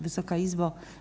Wysoka Izbo!